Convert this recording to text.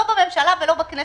לא בממשלה ולא בכנסת.